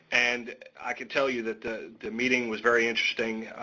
and i could tell you that the the meeting was very interesting,